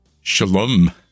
Shalom